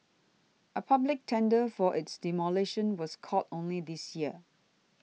a public tender for its demolition was called only this year